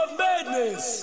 madness